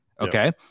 okay